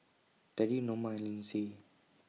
Terry Noma and Lindsey